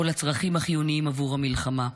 או לצרכים החיוניים עבור המלחמה.